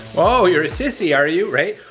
oh, you're a sissy, are you? right,